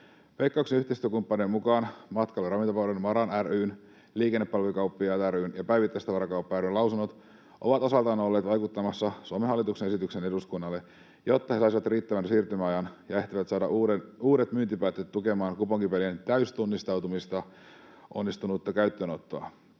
Veikkauksen yhteistyökumppaneiden mukaan Matkailu- ja ravintolapalvelut MaRa ry:n, Liikennepalvelukauppiaat ry:n ja Päivittäistavarakauppa ry:n lausunnot ovat osaltaan olleet vaikuttamassa Suomen hallituksen esitykseen eduskunnalle, jotta he saisivat riittävän siirtymäajan ja ehtivät saada uudet myyntipäätteet tukemaan kuponkipelien täystunnistautumisen onnistunutta käyttöönottoa.